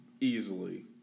Easily